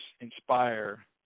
inspire